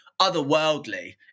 otherworldly